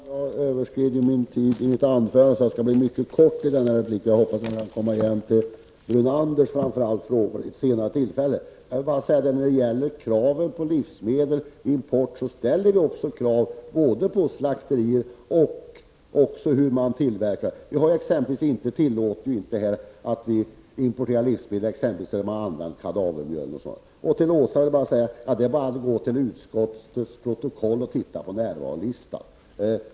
Fru talman! Jag överskred tiden då jag höll mitt anförande, så jag skall fatta mig kort i denna replik. Jag hoppas att jag kan återkomma till framför allt Lennart Brunanders frågor vid ett senare tillfälle. Jag vill nu bara säga att vi beträffande importerade livsmedel också ställer krav på slakterier och tillverkning. Vi tillåter exempelvis inte import av sådana livsmedel som innehåller kadavermjöl o.d. Till Åsa Domeij vill jag säga att det bara är att gå till utskottets protokoll och titta på närvarolistan.